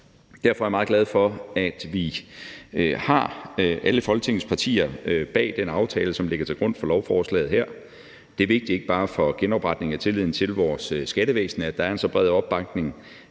Derfor er jeg meget glad for, at vi har alle Folketingets partier bag den aftale, som ligger til grund for lovforslaget her. Det er vigtigt for ikke bare genopretningen af tilliden til vores skattevæsen, at der er en så bred opbakning,